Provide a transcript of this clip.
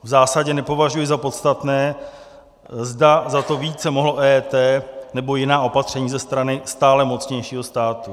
V zásadě nepovažuji za podstatné, zda za to více mohlo EET, nebo jiná opatření ze strany stále mocnějšího státu.